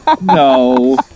No